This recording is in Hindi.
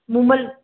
निर्मल